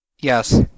Yes